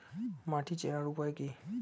মাটি চেনার উপায় কি?